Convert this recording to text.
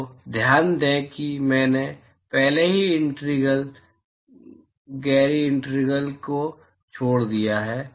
तो ध्यान दें कि मैंने पहले ही इंटीग्रल गैरी इंटीग्रल को छोड़ दिया है